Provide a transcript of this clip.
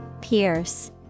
Pierce